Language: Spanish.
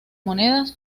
monedas